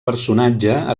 personatge